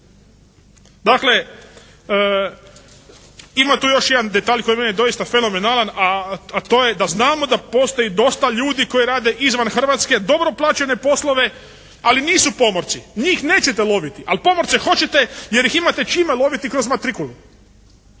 Dakle, ima tu još jedan detalj koji je meni doista fenomenalan, a to je da znamo da postoji dosta ljudi koji rade izvan Hrvatske dobro plaćene poslove ali nisu pomorci. Njih nećete loviti, ali pomorce hoćete jer ih imate čime loviti kroz matrikulu.